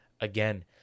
again